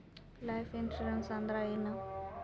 Life insurance ಅಂದ್ರ ಏನ?